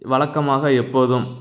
வழக்கமாக எப்போதும்